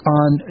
on